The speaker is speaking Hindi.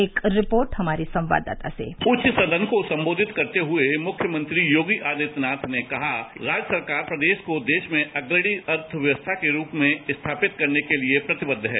एक रिपोर्ट हमारे संवाददाता से उच्च सदन को संबोधित करते हुए मुख्यमंत्री योगी आदित्यनाथ ने कहा कि राज्य सरकार प्रदेश को देश में अग्रणी अर्थव्यवस्था के रूप में स्थापित करने के लिए प्रतिबद्ध है